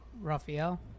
Rafael